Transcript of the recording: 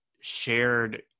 shared